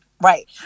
right